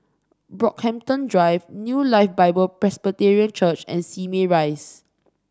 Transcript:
Brockhampton Drive New Life Bible Presbyterian Church and Simei Rise